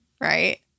right